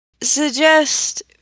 suggest